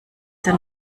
der